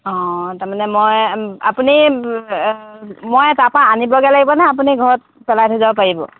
অঁ তাৰমানে মই আপুনি মই তাপা আনিবগৈ লাগিবনে আপুনি ঘৰত পেলাই থৈ যাব পাৰিব